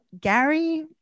gary